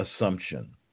assumption